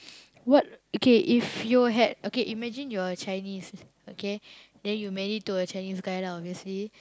what okay if you had okay imagine you are a Chinese okay then you marry to a Chinese guy lah obviously